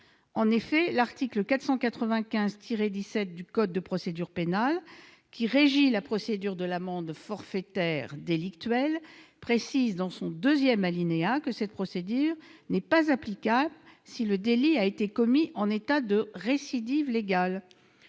car l'article 495-17 du code de procédure pénale, qui régit la procédure de l'amende forfaitaire délictuelle, prévoit, dans son second alinéa, que cette procédure n'est pas applicable si le délit a été commis en état de récidive légale.